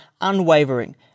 unwavering